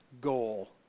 goal